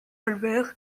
albert